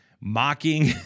mocking